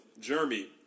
Jeremy